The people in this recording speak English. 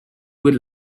would